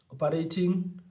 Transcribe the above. operating